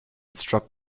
struck